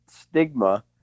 stigma